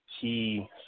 key